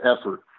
effort